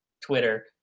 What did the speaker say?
Twitter